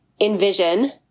envision